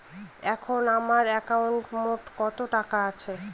এখন আমার একাউন্টে মোট কত টাকা আছে?